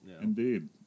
Indeed